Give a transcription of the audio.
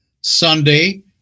Sunday